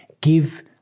Give